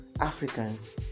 Africans